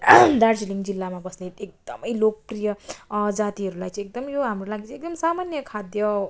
दार्जिलिङ जिल्लामा बस्ने एकदमै लोकप्रिय जातिहरूलाई चाहिँ एकदमै यो हाम्रो लागि चाहिँ एकदमै सामान्य खाद्य